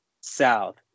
south